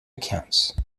accounts